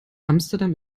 amsterdam